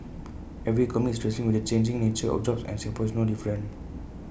every economy is wrestling with the changing nature of jobs and Singapore is no different